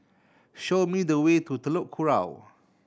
show me the way to Telok Kurau